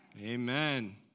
Amen